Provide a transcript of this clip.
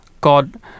God